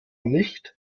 nicht